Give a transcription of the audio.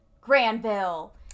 granville